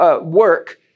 Work